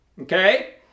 Okay